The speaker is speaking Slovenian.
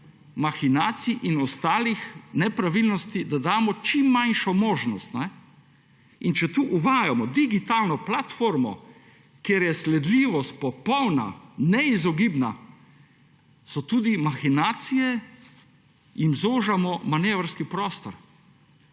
in ostalih nepravilnosti, da damo čim manjšo možnost. In če tu uvajamo digitalno platformo, kjer je sledljivost popolna, neizogibna, so tudi mahinacije, in zožamo manevrski prostor.